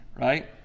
right